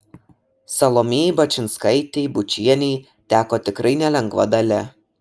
salomėjai bačinskaitei bučienei teko tikrai nelengva dalia